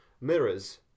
mirrors